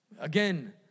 Again